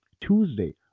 Tuesday